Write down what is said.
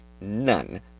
none